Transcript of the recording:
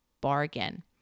bargain